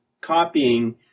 copying